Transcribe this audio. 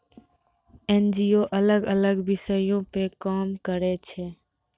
NGO अलग अलग विषयो पे काम करै छै